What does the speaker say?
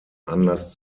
anlass